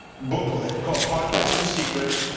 booklet called podcasting secrets,